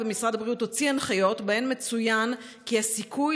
ומשרד הבריאות הוציא הנחיות שבהן מצוין כי הסיכוי